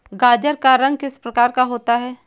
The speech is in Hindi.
गाजर का रंग किस प्रकार का होता है?